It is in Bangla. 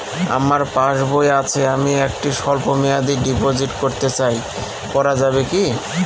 আমার পাসবই আছে আমি একটি স্বল্পমেয়াদি ডিপোজিট করতে চাই করা যাবে কি?